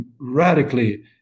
radically